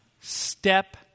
step